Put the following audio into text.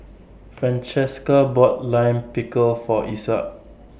Francesca bought Lime Pickle For Isaak